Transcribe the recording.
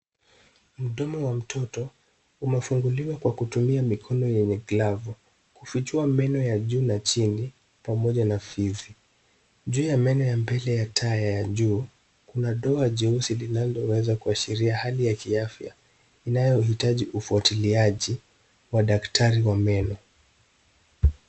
Mdomo wa mtoto umefunguliwa kwa kutumia mikono yenye glavu, kufichua meno ya juu na chini pamoja na fizi. Juu ya meno ya mbele ya taya ya juu, kuna doa jeusi linaloweza kuashiria hali ya kiafya, inayohitaji ufwatiliaji wa daktari wa meno.